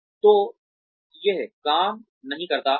तो यह काम नहीं करता है